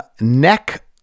neck